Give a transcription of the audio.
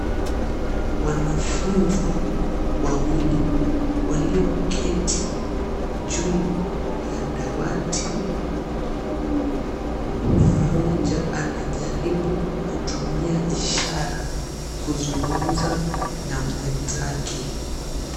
Wanafunzi wawili walioketi juu ya dawati. Mmoja anajaribu kutumia ishara kuzungumza na mwenzake.